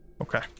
Okay